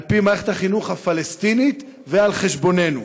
על פי מערכת החינוך הפלסטינית, ועל חשבוננו.